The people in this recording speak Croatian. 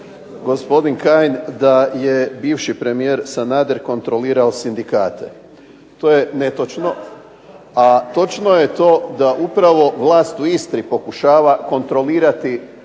gospodin Kajin da je bivši premijer Sanader kontrolirao sindikate. To je netočno. A točno je to da upravo vlast u Istri pokušava kontrolirati trenutno